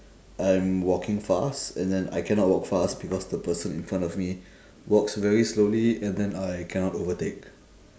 I'm walking fast and then I cannot walk fast because the person in front of me walks very slowly and then I cannot overtake